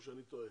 או שאני טועה?